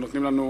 ונותנים לנו